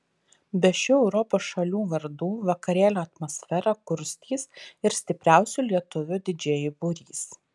be šių europos šalių vardų vakarėlio atmosferą kurstys ir stipriausių lietuvių didžėjų būrys